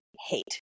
hate